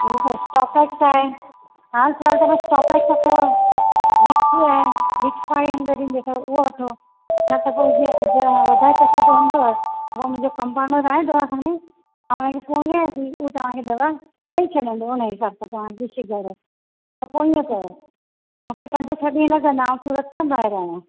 इअं त स्टोपेक्स आए हाल फिलहालु त भई स्टापेक्स अथव विक्स आए विक्स फाइव हंड्रेद ईंदी तव हुओ वठो न त पो जीअं अॼु वधाए तक़लीफु हूंदव पो मुंजो कंपाउंडर आए दवाखाने तवां हुनखे चवोंदासि उओ तवांखे दवा ॾई छॾंदव हुनजे हिसाब सां तवां पूछी करे त पो इअं कयो मुखे पंज छह ॾिअनि लॻंदा आऊं सूरत खां ॿाहिरि आयां